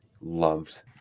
loved